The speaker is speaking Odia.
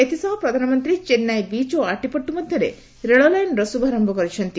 ଏଥିସହ ପ୍ରଧାନମନ୍ତ୍ରୀ ଚେନ୍ନାଇ ବିଚ୍ ଓ ଆଟ୍ଟିପଟୁ ମଧ୍ୟରେ ରେଳ ଲାଇନ୍ର ଶୁଭାରମ୍ଭ କରିଛନ୍ତି